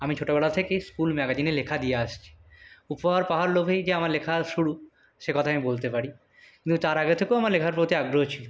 আমি ছোটো বেলা থেকেই স্কুল ম্যাগাজিনে লেখা দিয়ে আসছি উপহার পাওয়ার লোভেই যে আমার লেখা শুরু সে কথা আমি বলতে পারি কিন্তু তার আগে থেকেও লেখার প্রতি আমার আগ্রহ ছিল